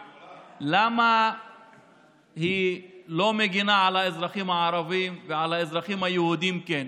למה היא לא מגינה על האזרחים הערבים ועל האזרחים היהודים כן?